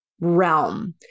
realm